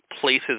places